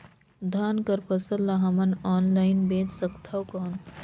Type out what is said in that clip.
धान कर फसल ल हमन ऑनलाइन बेच सकथन कौन?